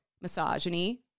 misogyny